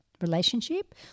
relationship